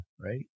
right